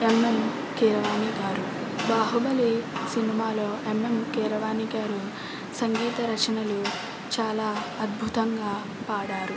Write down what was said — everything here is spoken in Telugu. ఎంఎం కీరవాణి గారు బాహుబలి సినిమాలో ఎంఎం కీరవాణి గారు సంగీత రచనలు చాలా అద్భుతంగా పాడారు